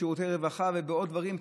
בשירותי רווחה ובעוד דברים,